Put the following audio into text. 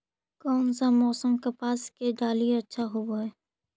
कोन सा मोसम कपास के डालीय अच्छा होबहय?